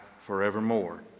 forevermore